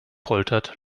poltert